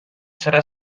selle